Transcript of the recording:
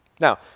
Now